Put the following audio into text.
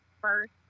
first